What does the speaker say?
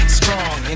strong